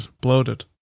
Bloated